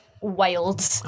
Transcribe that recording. Wild